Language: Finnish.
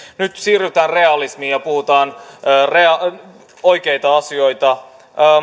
nyt siirrytään realismiin ja puhutaan oikeita asioita